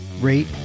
rate